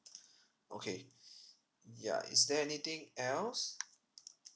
okay ya is there anything else